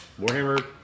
Warhammer